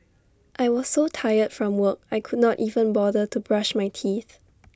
I was so tired from work I could not even bother to brush my teeth